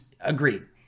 Agreed